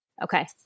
Okay